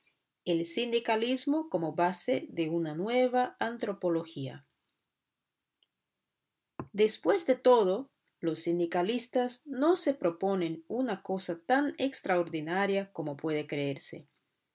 el sindicalismo como base de una nueva antropología después de todo los sindicalistas no se proponen una cosa tan extraordinaria como puede creerse